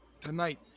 tonight